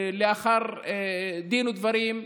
לאחר דין ודברים,